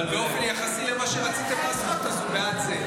אבל באופן יחסי למה שרציתם לעשות, אז הוא בעד זה.